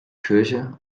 kirche